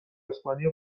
اسپانیا